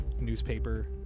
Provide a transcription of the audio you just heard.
newspaper